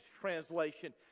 translation